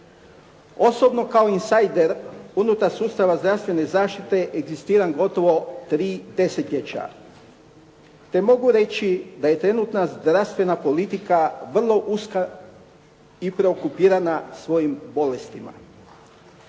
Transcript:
Osobno kao insajder unutar sustava zdravstvene zaštite egzistiram gotovo 3 desetljeća te mogu reći da je trenutna zdravstvena politika vrlo uska i preokupirana svojim bolestima.